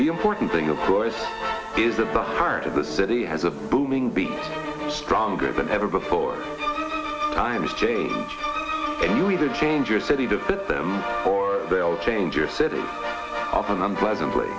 the important thing of course is that the heart of the city has a booming be stronger than ever before times change and you either change your city to fit them or they'll change your city often unpleasantly